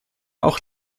auch